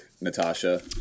Natasha